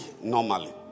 Normally